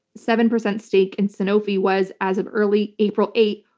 seven percent stake in sanofi was, as of early april eighth,